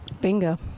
Bingo